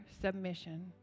submission